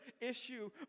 issue